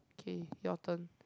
okay your turn